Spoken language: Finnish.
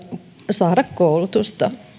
saada koulutusta